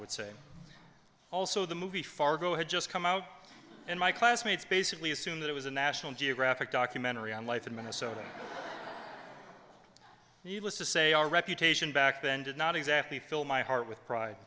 would say also the movie fargo had just come out and my classmates basically assumed that it was a national geographic documentary on life in minnesota needless to say our reputation back then did not exactly fill my heart with pride